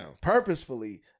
purposefully